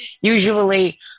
Usually